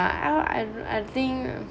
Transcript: I I think